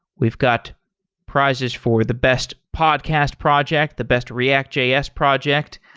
we've got prizes for the best podcast project, the best react js project,